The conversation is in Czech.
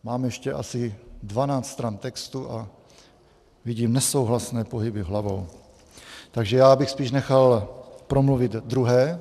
Mám ještě asi dvanáct stran textu a vidím nesouhlasné pohyby hlavou, takže já bych spíš nechal promluvit druhé.